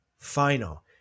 final